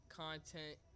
content